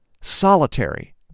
solitary